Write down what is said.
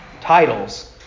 titles